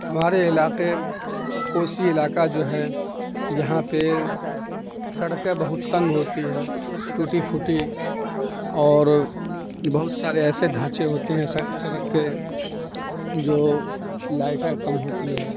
ہمارے علاقے کوسی علاقہ جو ہے یہاں پہ سڑکیں بہت تنگ ہوتی ہے ٹوٹی فوٹی اور بہت سارے ایسے ڈھانچے ہوتے ہیں سڑک کے جو لائٹیں کم ہوتی ہے